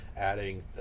adding